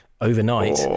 overnight